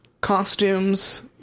costumes